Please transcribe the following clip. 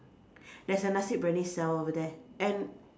there's a nasi-biryani sell over there and